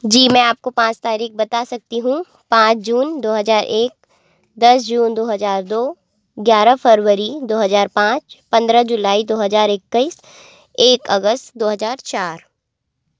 जी मैं आपको पाँच तारिख बता सकती हूँ पाँच जून दो हजार एक दस जून दो हजार दो ग्यारह फरवरी दो हजार पाँच पंद्रह जुलाई दो हजार इक्कीस एक अगस्त दो हजार चार